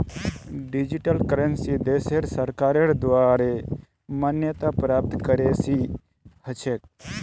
digital currency देशेर सरकारेर द्वारे मान्यता प्राप्त करेंसी ह छेक